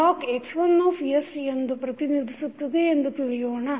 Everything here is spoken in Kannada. ಬ್ಲಾಕ್ X1 ಎಂದು ಪ್ರತಿನಿಧಿಸುತ್ತದೆ ಎಂದು ತಿಳಿಯೋಣ